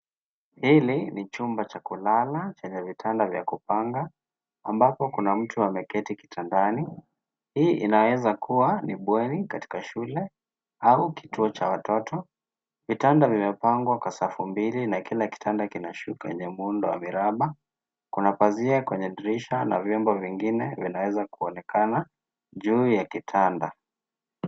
Hili ni chumba cha kulala chenye vitanda vya kupanga, ambapo kuna mtu ameketi kitandani. Hii inaweza kuwa ni bweni katika shule, au kituo cha watoto. Vitanda vimepangwa kwa safu mbili na kila kitanda kina shuka lenye muundo wa viraba. Kuna pazia kwenye dirisha na vyombo vingine vinaweza kuonekana juu ya kitanda.